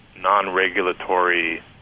non-regulatory